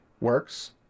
works